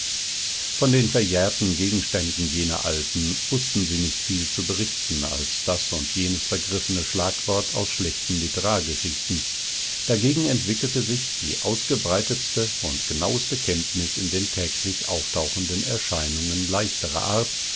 von den verjährten gegenständen jener alten wußten sie nicht viel zu berichten als das und jenes vergriffene schlagwort aus schlechten literargeschichten dagegen entwickelte sich die ausgebreitetste und genaueste kenntnis in den täglich auftauchenden erscheinungen leichterer art